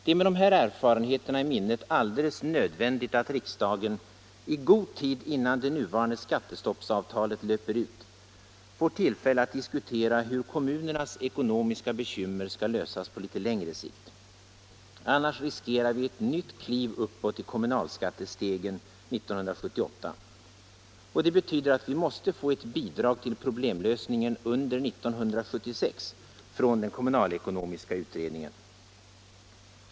Det är med de här erfarenheterna i minnet alldeles nödvändigt att riksdagen — i god tid innan det nuvarande skattestoppsavtalet löper ut — får tillfälle att diskutera hur kommunernas ekonomiska bekymmer skall lösas på litet längre sikt. Annars riskerar vi ett nytt kliv uppåt i kommunalskattestegen 1978. Det betyder att vi måste få ett bidrag till problemlösningen under 1976 från kommunalekonomiska utredningen.